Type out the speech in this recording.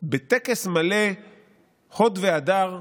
בטקס מלא הוד והדר,